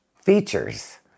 features